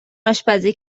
آشپزی